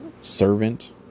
servant